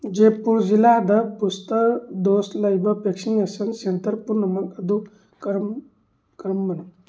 ꯖꯥꯏꯄꯨꯔ ꯖꯤꯜꯂꯥꯗ booster dose ꯂꯩꯕ vaccination centre ꯄꯨꯝꯅꯃꯛ ꯑꯗꯨ ꯀꯔꯝ ꯀꯔꯝꯕꯅꯣ